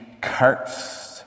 cursed